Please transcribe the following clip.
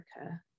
Africa